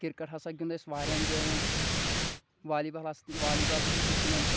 cricket ہسا گِیُنٛد اسہِ واریاہن جایَن والی بال ہس والی بال تہِ ٲسۍ أسۍ گِنٛدان